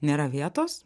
nėra vietos